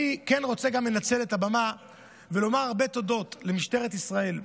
אני כן רוצה גם לנצל את הבמה ולומר הרבה תודות למשטרת ישראל,